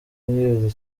yeze